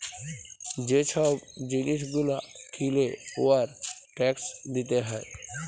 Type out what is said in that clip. যে ছব জিলিস গুলা কিলে উয়ার ট্যাকস দিতে হ্যয়